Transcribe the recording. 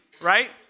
right